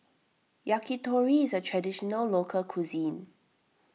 Yakitori is a Traditional Local Cuisine